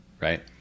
right